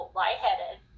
lightheaded